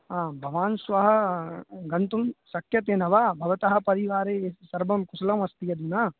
आं भवान् श्वः गन्तुं शक्यते न वा भवतः परिवारे सर्वं कुशलमस्ति यदि न